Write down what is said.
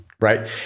Right